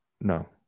No